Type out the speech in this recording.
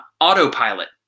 autopilot